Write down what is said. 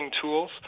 tools